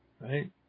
right